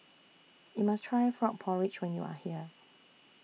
YOU must Try Frog Porridge when YOU Are here